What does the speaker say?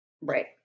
Right